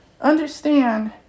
understand